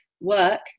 work